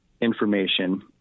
information